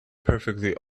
perfectly